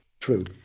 true